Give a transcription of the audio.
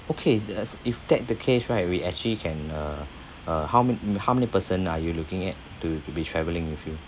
okay that uh if that the case right we actually can uh uh how many how many person are you looking at to to be travelling with you